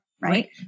Right